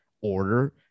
order